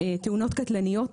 תאונות קטלניות,